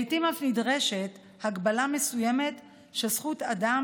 לעיתים אף נדרשת הגבלה מסוימת של זכות אדם